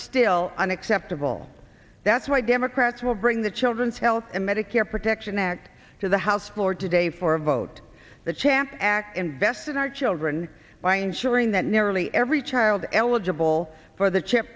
still unacceptable that's why democrats will bring the children's health and medicare protection act to the house floor today for a vote the chance act invests in our children by ensuring that nearly every child eligible for the chip